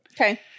Okay